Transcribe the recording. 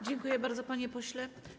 Dziękuję bardzo, panie pośle.